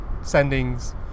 sendings